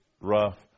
rough